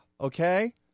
Okay